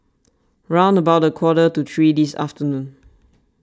round about quarter to three this afternoon